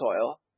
soil